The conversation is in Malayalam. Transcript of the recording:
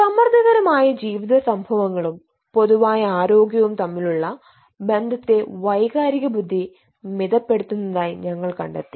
സമ്മർദ്ദകരമായ ജീവിത സംഭവങ്ങളും പൊതുവായ ആരോഗ്യവും തമ്മിലുള്ള ബന്ധത്തെ വൈകാരിക ബുദ്ധി മിതപ്പെടുത്തുന്നതായി ഞങ്ങൾ കണ്ടെത്തി